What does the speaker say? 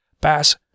pass